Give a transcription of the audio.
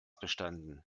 bestanden